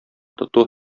тоту